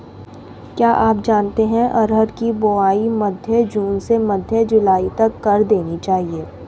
क्या आप जानते है अरहर की बोआई मध्य जून से मध्य जुलाई तक कर देनी चाहिये?